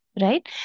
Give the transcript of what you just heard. right